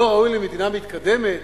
לא ראוי למדינה מתקדמת,